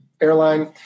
airline